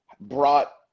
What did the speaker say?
brought